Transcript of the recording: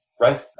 Right